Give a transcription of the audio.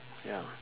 ya